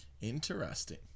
Interesting